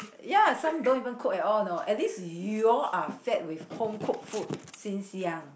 ya some don't even cook at all know at least you're fed with home cooked food since young